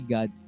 God